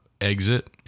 exit